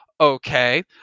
Okay